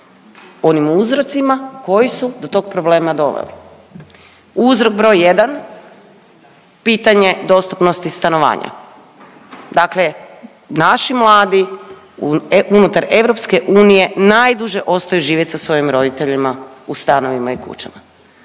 onim uzrocima koji su do tog problema doveli. Uzrok broj jedan, pitanje dostupnosti stanovanja, dakle naši mladi unutar EU najduže ostaju živjet sa svojim roditeljima u stanovima i kućama.